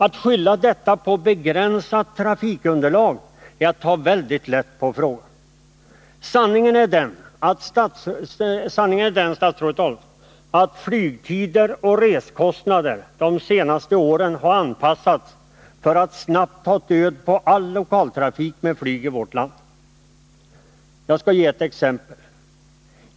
Att skylla detta på ”begränsat trafikunderlag” är att ta väldigt lätt på frågan. Sanningen är den, statsrådet Adelsohn, att flygtider och reskostnader har anpassats för att snabbt ta död på all lokaltrafik med flyg i vårt land. Jag skall ge ett exempel.